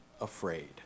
afraid